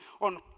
on